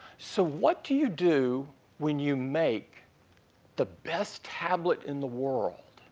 so what do you do when you make the best tablet in the world?